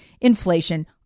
inflation